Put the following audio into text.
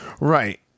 Right